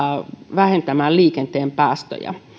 vähentämään liikenteen päästöjä